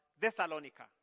Thessalonica